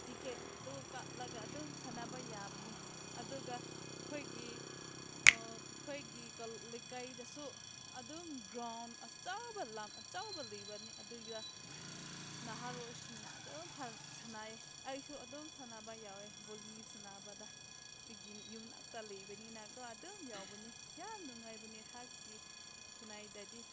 ꯇꯤꯀꯦꯠꯗꯨ ꯀꯛꯂꯒ ꯑꯗꯨꯝ ꯁꯥꯅꯕ ꯌꯥꯕꯅꯦ ꯑꯗꯨꯒ ꯑꯩꯈꯣꯏꯒꯤ ꯑꯩꯈꯣꯏꯒꯤ ꯂꯩꯀꯥꯏꯗꯁꯨ ꯑꯗꯨꯝ ꯒ꯭ꯔꯥꯎꯟ ꯑꯆꯧꯕ ꯂꯝ ꯑꯆꯧꯕ ꯂꯩꯕꯅꯦ ꯑꯗꯨꯒ ꯅꯍꯥꯔꯣꯜꯁꯤꯡꯅ ꯑꯗꯨꯝ ꯁꯥꯅꯩ ꯑꯩꯁꯨ ꯑꯗꯨꯝ ꯁꯥꯅꯕ ꯌꯥꯎꯏ ꯚꯣꯂꯤ ꯁꯥꯟꯅꯕꯗ ꯑꯩꯒꯤ ꯌꯨꯝ ꯅꯥꯛꯇ ꯂꯩꯕꯅꯤꯅꯀꯣ ꯑꯗꯨꯝ ꯌꯥꯎꯕꯅꯤ ꯌꯥꯝ ꯅꯨꯡꯉꯥꯏꯕꯅꯤ ꯑꯩꯍꯥꯛꯀꯤ ꯈꯨꯅꯥꯏꯗꯗꯤ